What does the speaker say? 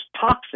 toxic